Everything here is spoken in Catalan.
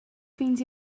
fins